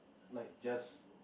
like just